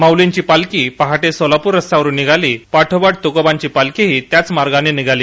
माऊलींची पालखी पहाटे सोलापूर रस्त्यावरून निघाली पाठोपाठ तुकोबांची पालखीही त्याच मार्गाने निघाली